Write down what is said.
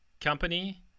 company